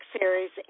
series